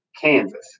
Kansas